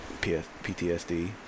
PTSD